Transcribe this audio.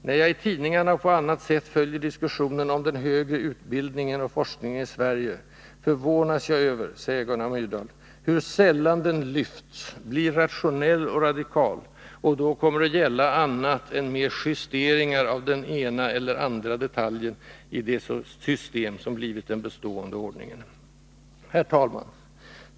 När jag i tidningarna och på annat sätt följer diskussionen om den högre utbildningen och forskningen i Sverige, förvånas jag över hur sällan den lyfts, blir rationell och radikal och då kommer att gälla annat och mer än justeringar av den ena eller andra detaljen i det system som blivit den bestående ordningen.” Herr talman!